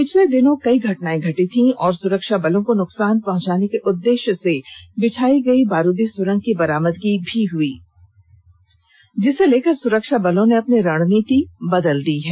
पिछले दिनों कई घटनाएं घटी थीं और सुरक्षाबलों को नुकसान पहुंचाने के उद्देश्य से बिछाई गई बारूदी सुरंग की बरामदगी भी हुई थी जिसको लेकर सुरक्षाबलों ने अपनी रणनीति बदल दी है